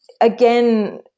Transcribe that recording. again